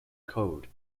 code